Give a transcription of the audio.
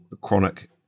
chronic